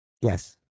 Yes